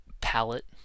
palette